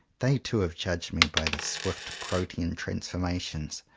they too have judged me by the swift protean transformations,